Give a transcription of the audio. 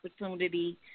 opportunity